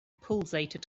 pulsated